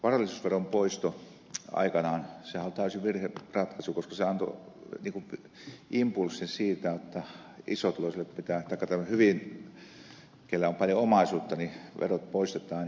varallisuusveron poisto aikanaan oli täysi virheratkaisu koska se antoi impulssin siitä jotta isotuloisilta taikka niiltä joilla on paljon omaisuutta verot poistetaan